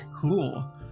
Cool